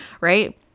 right